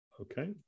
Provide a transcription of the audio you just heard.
Okay